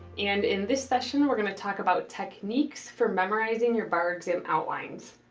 and in this session we're going to talk about techniques for memorizing your bar exam outlines.